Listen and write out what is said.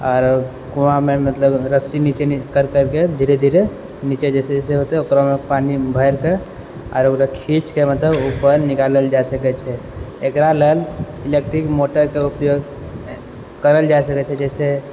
आओर कुआँमे मतलब रस्सी नीचे कर करिके धीरे धीरे नीचे जाइ छै ओकर बाद पानि भरिके आओर ओकरा खीचके मतलब पानि निकालल जाइ सकै छै एकरा लेल इलेक्ट्रिक मोटरके उपयोग करल जाइ सकै छै जाहि से